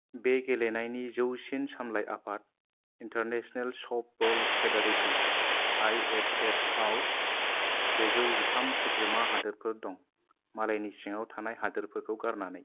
बे गेलेनायनि जौसिन सामलाय आफाद इन्टरनेशनेल सफ्टबल फेडारेशन आईएसएफ आव सेजौ जिथाम सोद्रोमा हादोरफोर दं मालायनि सिङाव थानाय हादोरफोरखौ गारनानै